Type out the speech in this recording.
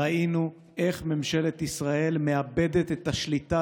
ראינו איך ממשלת ישראל מאבדת את השליטה